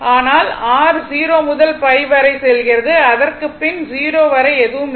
ஆனால் r 0 முதல் π வரை செல்கிறது அதற்கு பின் 0 வரை எதுவும் இல்லை